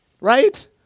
Right